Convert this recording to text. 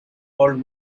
called